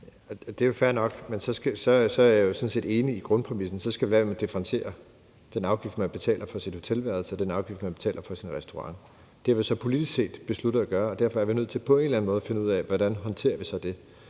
Det er jo fair nok. Så er jeg jo sådan set enig i grundpræmissen. Så skal vi lade være med at differentiere den afgift, man betaler for sit hotelværelse, og den afgift, man betaler for sin restaurant. Det har vi så politisk set besluttet at gøre, og derfor er vi på en eller anden måde nødt til at finde ud af, hvordan vi så håndterer det.